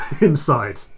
inside